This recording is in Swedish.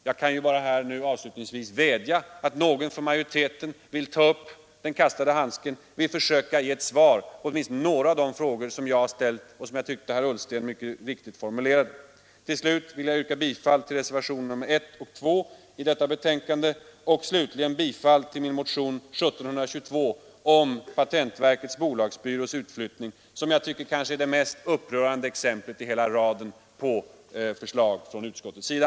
Jag kan nu bara avslutningsvis här vädja till någon från majoriteten att ta upp den kastade handsken och försöka ge ett svar på några av de frågor som jag och herr Ullsten ställt. Till slut vill jag yrka bifall till reservationerna 1 och 2 i detta betänkande och till min motion 1722 om avslag på utflyttningen av patentoch registreringsverkets bolagsbyrå, det kanske mest upprörande exemplet i hela raden av förslag från utskottets sida.